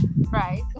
Right